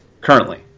Currently